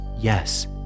yes